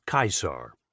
Caesar